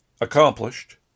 accomplished